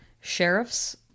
sheriffs